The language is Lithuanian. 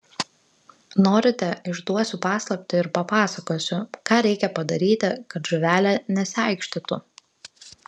norite išduosiu paslaptį ir papasakosiu ką reikia padaryti kad žuvelė nesiaikštytų